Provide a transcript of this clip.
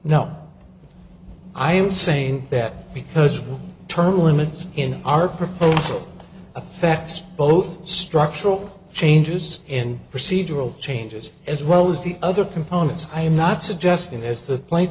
now i am saying that because we term limits in our proposal affects both structural changes in procedural changes as well as the other components i am not suggesting as th